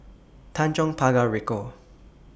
Tanjong Pagar Ricoh